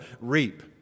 reap